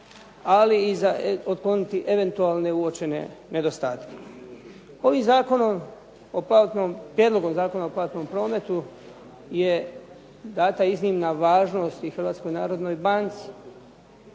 ali i za otkloniti eventualne uočene nedostatke. Ovim Prijedlogom zakona o platnom prometu dana iznimna važnost i Hrvatskoj narodnoj banci